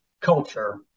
culture